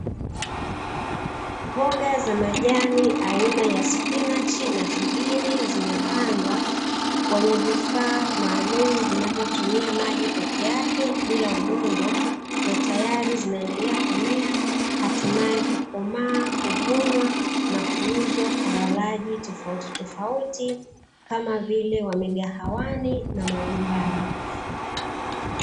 Mboga za majani aina ya spinachi na figiri ,zimepandwa kwenye vifaa maalumu vinavyotumia maji peke yake bila udongo na tayari zinaendelea kumea, hatimaye kukomaa, kuvunwa na kuuzwa kwa walaji tofauti tofauti, kama vile wamegawani na majumbani.